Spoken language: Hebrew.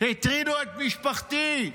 הטרידו את משפחתי.